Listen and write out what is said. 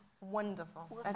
wonderful